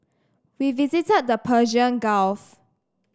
we visited the Persian Gulf